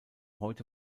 heute